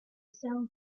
sales